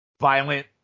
violent